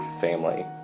family